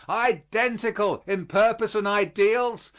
identical in purpose and ideals,